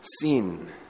sin